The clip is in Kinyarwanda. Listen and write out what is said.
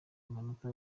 amanota